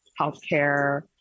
healthcare